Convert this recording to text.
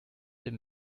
dem